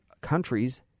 countries